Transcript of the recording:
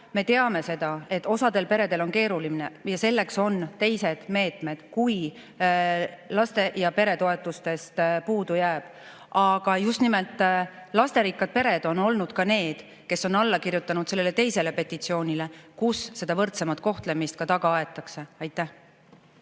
me teame seda, et osal peredel on keeruline, ja selleks on teised meetmed, kui laste‑ ja peretoetustest puudu jääb. Aga just nimelt lasterikkad pered on olnud ka need, kes on alla kirjutanud sellele teisele petitsioonile, kus seda võrdsemat kohtlemist taga aetakse. Aitäh!